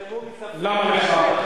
למה לך?